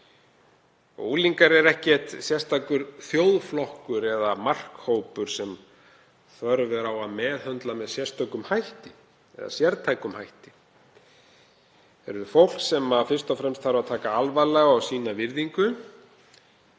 Unglingar eru ekki sérstakur þjóðflokkur eða markhópur sem þörf er á að meðhöndla með sérstökum eða sértækum hætti. Unglingar eru fólk sem fyrst og fremst þarf að taka alvarlega og sýna virðingu.